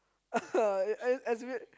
and and that's weird